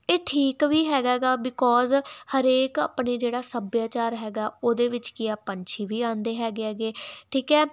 ਇਹ ਠੀਕ ਵੀ ਹੈਗਾ ਹੈਗਾ ਬਿਕੋਜ਼ ਹਰੇਕ ਆਪਣੇ ਜਿਹੜਾ ਸੱਭਿਆਚਾਰ ਹੈਗਾ ਉਹਦੇ ਵਿੱਚ ਕੀ ਆ ਪੰਛੀ ਵੀ ਆਂਦੇ ਹੈਗੇ ਹੈਗੇ ਠੀਕ ਹੈ